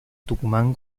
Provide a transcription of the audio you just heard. tucumán